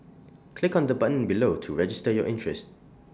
click on the button below to register your interest